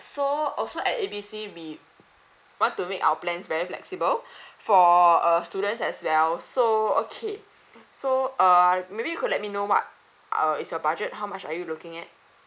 so also at A B C we want to make our plans very flexible for uh students as well so okay so uh maybe you could let me know what uh is your budget how much are you looking at